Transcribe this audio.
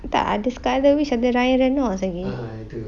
tak ada scarlet witch ada ryan reynolds lagi